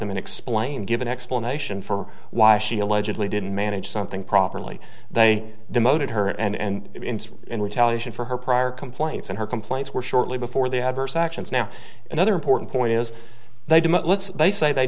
them and explain give an explanation for why she allegedly didn't manage something properly they demoted her and in retaliation for her prior complaints and her complaints were shortly before the adverse actions now another important point is they